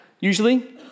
usually